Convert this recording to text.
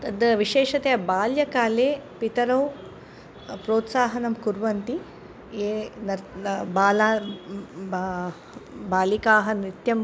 तद् विशेषतया बाल्यकाले पितरौ प्रोत्साहनं कुर्वन्ति ये नर् न बाला बा बालिकाः नृत्यम्